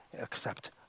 accept